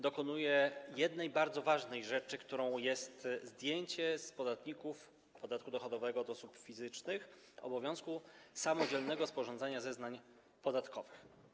Dokonuje się w nim jednej bardzo ważnej rzeczy: zdjęcia z podatników podatku dochodowego od osób fizycznych obowiązku samodzielnego sporządzania zeznań podatkowych.